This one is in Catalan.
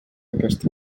aquesta